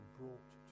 brought